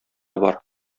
бар